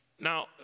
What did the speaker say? Now